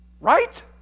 Right